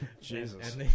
Jesus